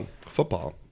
football